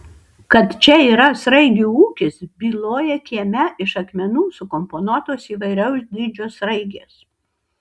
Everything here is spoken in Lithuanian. kad čia yra sraigių ūkis byloja kieme iš akmenų sukomponuotos įvairaus dydžio sraigės